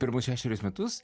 pirmus šešerius metus